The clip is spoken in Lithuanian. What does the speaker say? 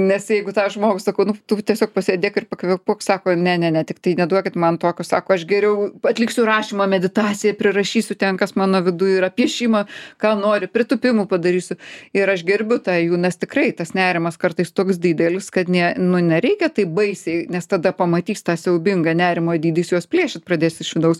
nes jeigu tą žmogų sakau nu tu tiesiog pasėdėk ir pakvėpuok sako ne ne ne tiktai neduokit man tokio sako aš geriau atliksiu rašymo meditaciją prirašysiu ten kas mano viduj yra piešimą ką nori pritūpimų padarysiu ir aš gerbiu tą jų nes tikrai tas nerimas kartais toks didelis kad nė nu nereikia taip baisiai nes tada pamatys tą siaubingą nerimo dydį jis juos plėšyt pradės iš vidaus